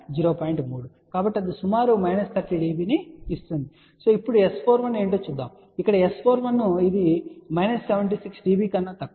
కాబట్టి అది సుమారు మైనస్ 30 dB ని ఇస్తుంది ఇప్పుడు S41 ఏమిటో చూద్దాం ఇక్కడ S41 ఇది మైనస్ 76 dB కన్నా తక్కువ